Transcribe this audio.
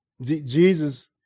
Jesus